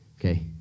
Okay